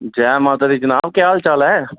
जै माता दी जनाब केह् हाल चाल ऐ